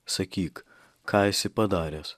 sakyk ką esi padaręs